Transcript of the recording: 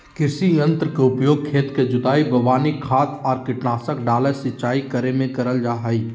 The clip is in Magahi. कृषि यंत्र के उपयोग खेत के जुताई, बोवनी, खाद आर कीटनाशक डालय, सिंचाई करे मे करल जा हई